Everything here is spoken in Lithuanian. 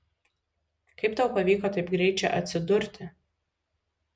kaip tau pavyko taip greit čia atsidurti